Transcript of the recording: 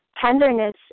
tenderness